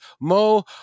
Mo